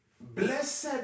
Blessed